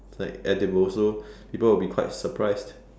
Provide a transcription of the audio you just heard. like edible so people would be quite surprised